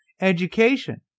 education